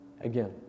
again